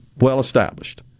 well-established